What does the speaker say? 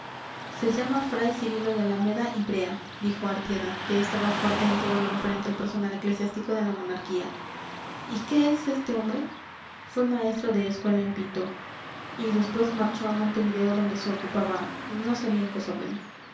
se llama fray cirilo de alameda y brea dijo artieda que estaba fuerte en todo lo referente al personal eclesiástico de la monarquía y qué es este hombre fue maestro de escuela en pinto y después marchó a montevideo donde se ocupaba no sería en cosa buena